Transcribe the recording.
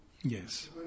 Yes